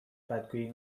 بدگویی